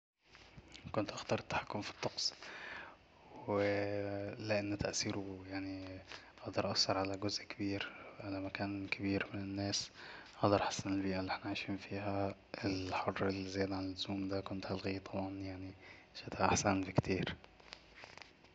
كنت هختار التحكم في الطقس و لأنه تأثيره يعني أقدر أأثر على جزء كبير على مكان كبير من الناس أقدر أحسن البيئة اللي احنا عايشين فيها الحرالزيادة عن اللزوم دا كنت هلغيه طبعا يعني الشتا أحسن بكتير